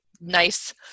Nice